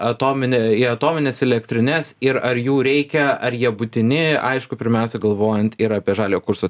atominę į atomines elektrines ir ar jų reikia ar jie būtini aišku pirmiausia galvojant ir apie žaliojo kurso